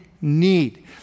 need